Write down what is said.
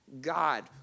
God